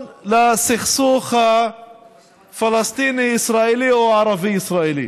לסכסוך הפלסטיני ישראלי או הערבי ישראלי.